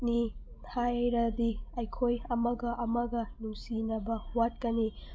ꯅꯤ ꯍꯥꯏꯔꯗꯤ ꯑꯩꯈꯣꯏ ꯑꯃꯒ ꯑꯃꯒ ꯅꯨꯡꯁꯤꯅꯕ ꯋꯥꯠꯀꯅꯤ